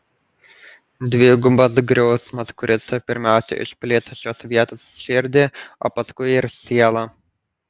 dvigubas griausmas kuris pirmiausia išplėš šios vietos širdį o paskui ir sielą